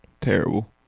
Terrible